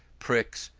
pricks,